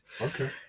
Okay